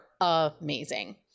amazing